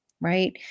right